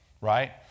right